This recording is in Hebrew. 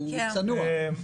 הוא צנוע.